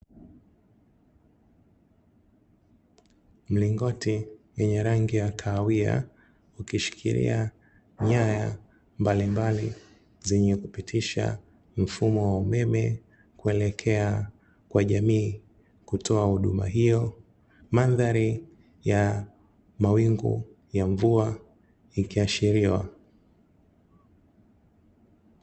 Mlingoti wenye rangi ya kahawia, ukishikilia nyaya mbalimbali, zenye kupitisha mfumo wa umeme kuelekea kwa jamii, kutoa huduma hiyo. Mandhari ya mawingu ya mvua ikiashiriwa.